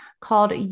called